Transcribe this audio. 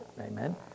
amen